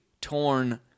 torn